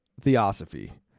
theosophy